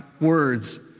words